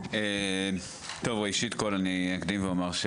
דבר ראשון, אני אקדים ואומר: